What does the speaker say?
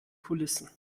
kulissen